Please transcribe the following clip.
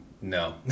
no